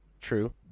True